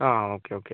ആ okay okay